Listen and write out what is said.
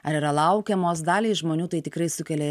ar yra laukiamos daliai žmonių tai tikrai sukelia